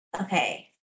Okay